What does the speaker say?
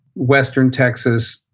western texas,